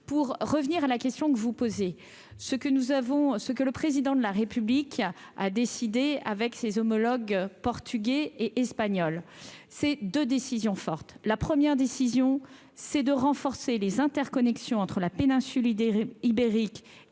pour revenir à la question que vous posez, ce que nous avons ce que le président de la République a décidé avec ses homologues portugais et espagnols, ces 2 décisions fortes la première décision, c'est de renforcer les interconnexions entre la péninsule idée ibérique et la